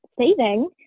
saving